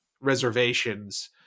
reservations